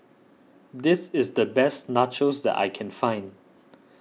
this is the best Nachos that I can find